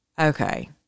Okay